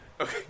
Okay